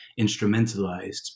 instrumentalized